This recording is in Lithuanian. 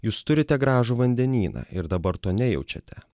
jūs turite gražų vandenyną ir dabar to nejaučiate